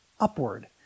upward